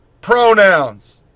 Pronouns